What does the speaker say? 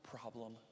problem